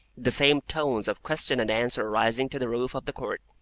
the same tones of question and answer rising to the roof of the court,